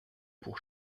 pour